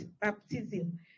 baptism